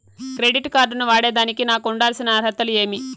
Credit card ను వాడేదానికి నాకు ఉండాల్సిన అర్హతలు ఏమి?